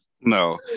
No